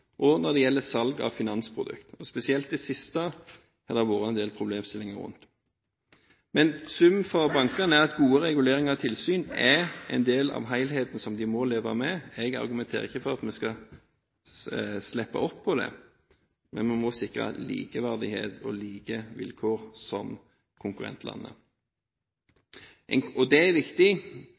og når det gjelder salg av finansprodukter. Spesielt det siste har det vært en del problemstillinger rundt. Summen for bankene er at gode reguleringer og tilsyn er en del av helheten som de må leve med. Jeg argumenterer ikke for at vi skal slippe opp på det, men vi må sikre likeverdighet og like vilkår som konkurrentlandene. Det er viktig